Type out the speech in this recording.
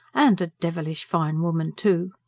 and a devilish fine woman, too!